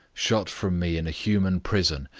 shut from me in a human prison,